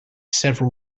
several